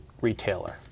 retailer